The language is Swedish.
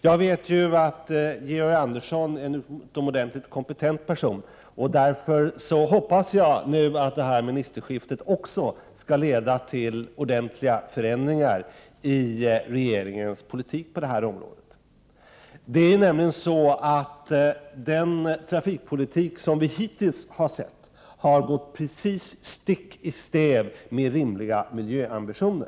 Jag vet att Georg Andersson är en utomordentligt kompetent person, och därför hoppas jag att detta ministerskifte skall leda till ordentliga förändringar i regeringens politik på detta område. Hittills har nämligen den trafikpolitik som förts gått stick i stäv mot rimliga miljöambitioner.